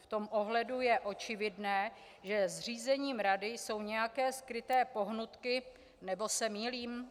V tom ohledu je očividné, že za zřízením rady jsou nějaké skryté pohnutky nebo se mýlím?